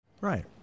Right